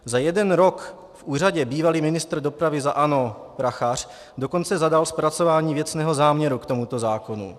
Za jeden rok v úřadě bývalý ministr dopravy za ANO Prachař dokonce zadal zpracování věcného záměru k tomuto zákonu.